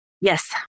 Yes